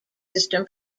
system